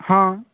ହଁ